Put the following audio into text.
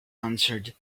answered